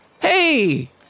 Hey